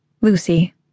Lucy